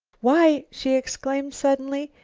why, she exclaimed suddenly,